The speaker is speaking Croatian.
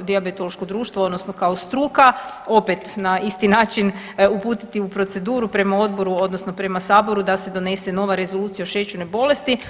Dijabetološko društvo odnosno kao struka opet na isti način uputiti u proceduru prema odboru odnosno prema saboru da se donese nova Rezolucija o šećernoj bolesti.